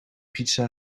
pizza